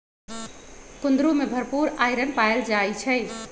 कुंदरू में भरपूर आईरन पाएल जाई छई